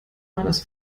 meines